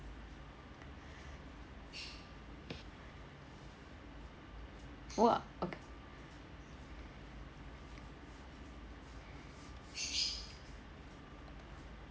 !wah! o~